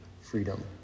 freedom